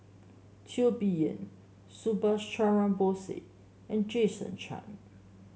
Teo Bee Yen Subhas Chandra Bose and Jason Chan